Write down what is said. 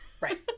Right